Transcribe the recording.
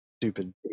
stupid